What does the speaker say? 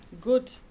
Good